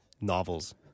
novels